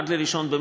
עד 1 במרס,